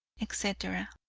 etc.